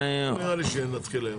לא נראה לי שנתחיל היום.